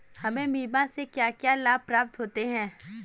हमें बीमा से क्या क्या लाभ प्राप्त होते हैं?